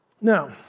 Now